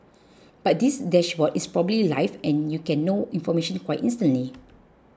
but this dashboard is probably live and you can know information quite instantly